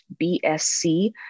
BSC